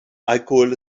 alkohol